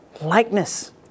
likeness